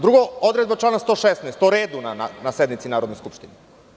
Drugo, odredba člana 116. o redu na sednici Narodne skupštine.